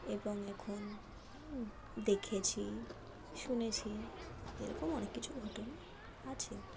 এবং এখন দেখেছি শুনেছি এরকম অনেক কিছু ঘটনা আছে